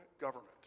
government